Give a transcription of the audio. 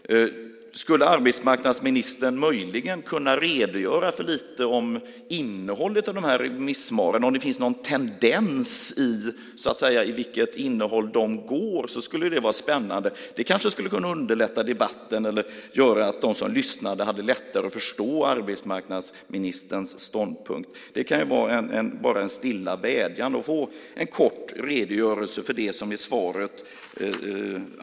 Skulle arbetsmarknadsministern möjligen kunna redogöra för lite av innehållet i de här remissvaren? Om det finns någon tendens i åt vilket håll innehållet i dem går skulle det vara spännande att veta. Det kanske skulle kunna underlätta debatten eller göra att de som lyssnar hade lättare att förstå arbetsmarknadsministerns ståndpunkt. Det kan vara en stilla vädjan om att få en kort redogörelse för det som står i svaret.